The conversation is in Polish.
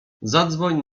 zadzwoń